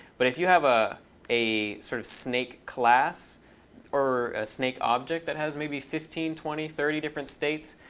but if you have ah a sort of snake class or snake object that has maybe fifteen, twenty, thirty different states,